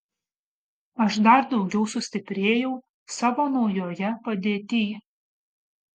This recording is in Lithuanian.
aš dar daugiau sustiprėjau savo naujoje padėtyj